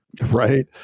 right